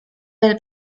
del